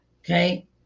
Okay